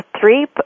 three